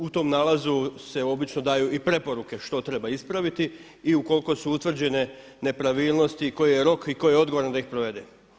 U tom nalazu se obično daju i preporuke što treba ispraviti i ukoliko su utvrđene nepravilnosti koji je rok i tko je odgovoran da ih provede.